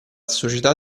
società